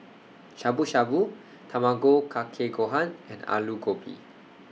Shabu Shabu Tamago Kake Gohan and Alu Gobi